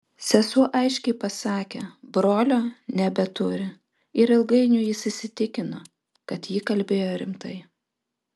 sesuo aiškiai pasakė brolio nebeturi ir ilgainiui jis įsitikino kad ji kalbėjo rimtai